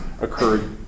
occurred